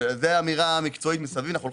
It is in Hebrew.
זה צעד אמיץ.